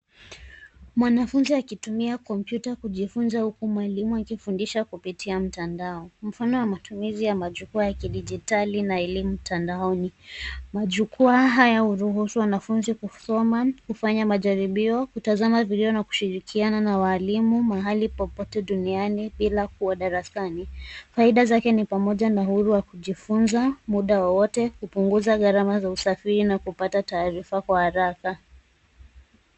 Mwanafunzi akitumia kompyuta kujifunza huku mwalimu akifundisha kupitia mtandao. Mfano wa matumizi ya majukwaa ya kidijitali na elimu mtandaoni. Majukwaa haya huruhusu wanafunzi kusoma, kufanya majaribio, kutazama video, na kushirikiana na walimu mahali popote duniani bila kuwa darasani. Faida zake ni pamoja na uhuru wa kujifunza muda wowote, kupunguza gharama za usafiri na kupata taarifa kwa haraka.